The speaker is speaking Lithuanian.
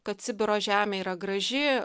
kad sibiro žemė yra graži